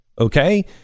okay